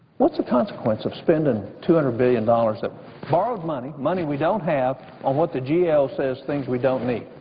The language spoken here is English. what's the consequence of spending two hundred billion dollars of borrowed money, money we don't have on what the g a o. says are things we don't need?